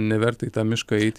neverta į tą mišką eiti